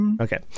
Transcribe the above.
Okay